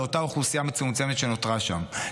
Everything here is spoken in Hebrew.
לאותה אוכלוסייה מצומצמת שנותרה שם,